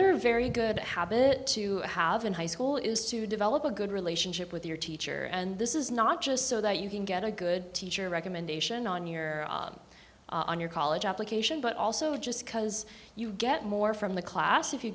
another very good habit to have in high school is to develop a good relationship with your teacher and this is not just so that you can get a good teacher recommendation on your on your college application but also just because you get more from the class if you